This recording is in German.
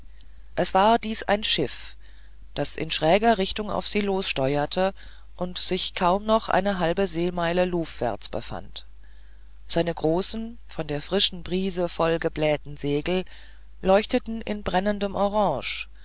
es war dies ein schiff das in schräger richtung auf sie lossteuerte und sich kaum noch eine halbe seemeile luvwärts befand seine großen von der frischen brise vollgeblähten segel leuchteten in brennendem orange